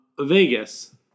Vegas